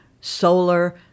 solar